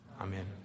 Amen